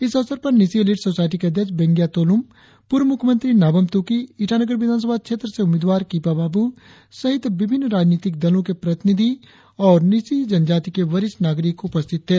इस अवसर पर न्यीशी एलिट सोसायटी के अध्यक्ष बेंगिया तोलुम पूर्व मुख्यमंत्री नाबम तुकी ईटानगर विधानसभा क्षेत्र से उम्मीदवार किपा बाबू सहित विभिन्न राजनीतिक दलों के प्रतिनिधि और न्यीशी जनजाति के वरिष्ठ नागरिक उपस्थित थे